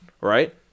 Right